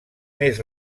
més